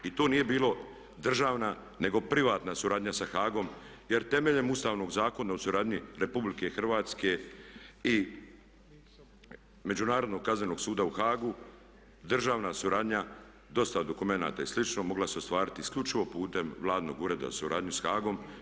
I to nije bila državna nego privatna suradnja sa Hagom jer temeljem Ustavnog zakona o suradnji RH i Međunarodnog kaznenog suda u Hagu državna suradnja dostava dokumenata i slično mogla se ostvariti isključivo putem Vladinog ureda o suradnji sa Hagom.